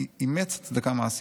אימץ הצדקה מעשית.